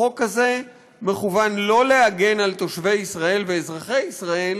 החוק הזה לא מכוון להגן על תושבי ישראל ואזרחי ישראל